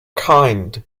kind